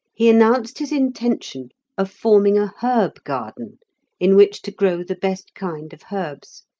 he announced his intention of forming a herb-garden in which to grow the best kind of herbs,